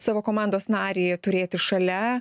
savo komandos narį turėti šalia